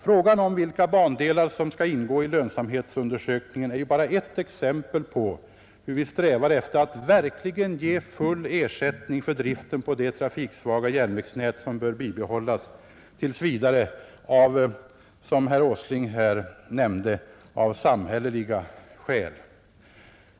Frågan om vilka bandelar som skall ingå i lönsamhetsundersökningen är bara ett exempel på hur vi strävar efter att verkligen ge full ersättning för driften på det trafiksvaga järnvägsnät vilket, som herr Åsling här nämnde, bör bibehållas tills vidare av samhälleliga skäl.